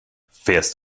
fährst